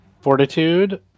Fortitude